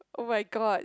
oh my god